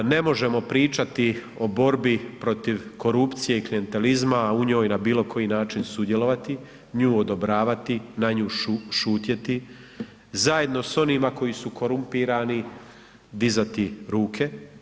Ne možemo pričati o borbi protiv korupcije i klijentelizma, a u njoj na bilo koji način sudjelovati, nju odobravati, na nju šutjeti, zajedno s onima koji su korumpirani dizati ruke.